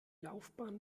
laufbahn